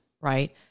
right